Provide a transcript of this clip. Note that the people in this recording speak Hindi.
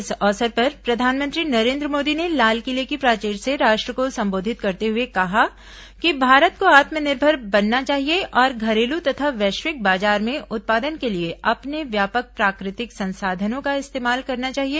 इस अवसर पर प्रधानमंत्री नरेन्द्र मोदी ने लालकिले की प्राचीर से राष्ट्र को संबोधित करते हुए कहा कि भारत को आत्मनिर्भर बनना चाहिए और घरेलू तथा वैश्विक बाजार में उत्पादन के लिए अपने व्यापक प्राकृतिक संसाधनों का इस्तेमाल करना चाहिए